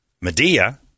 Medea